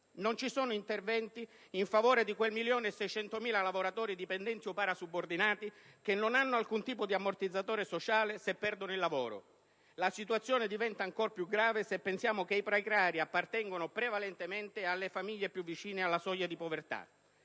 Non ci sono interventi in favore di quel milione e 600.000 lavoratori dipendenti o parasubordinati che non ha alcun tipo di ammortizzatore sociale in caso di perdita del lavoro. La situazione diventa ancor più grave se pensiamo che i precari appartengono prevalentemente alle famiglie più vicine alla soglia di povertà.